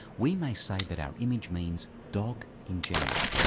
we may say that our image means dog in general.